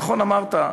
נכון אמרת,